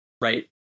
right